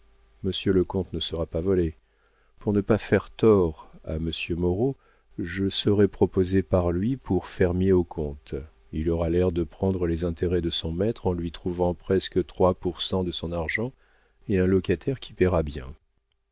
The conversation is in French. monsieur le comte ne sera pas volé pour ne pas faire tort à monsieur moreau je serai proposé par lui pour fermier au comte il aura l'air de prendre les intérêts de son maître en lui trouvant presque trois pour cent de son argent et un locataire qui paiera bien